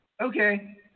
okay